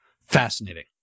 Fascinating